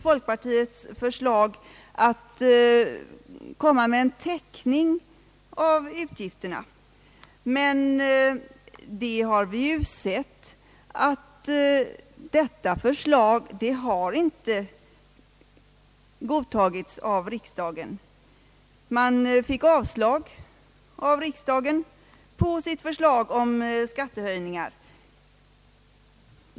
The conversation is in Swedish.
Folkpartiets förslag till täckning av utgifterna är värt all heder, men vi har ju sett att riksdagen inte godtog detta förslag. Man fick avslag av riksdagen på sitt förslag om skattehöjningar.